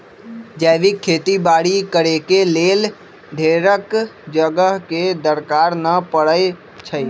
जैविक खेती बाड़ी करेके लेल ढेरेक जगह के दरकार न पड़इ छइ